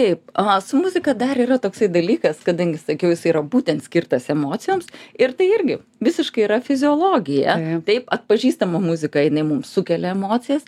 taip aha su muzika dar yra toksai dalykas kadangi sakiau jisai yra būtent skirtas emocijoms ir tai irgi visiškai yra fiziologija taip atpažįstama muzika jinai mums sukelia emocijas